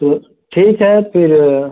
तो ठीक है फिर